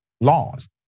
laws